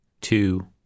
two